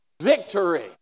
victory